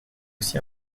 aussi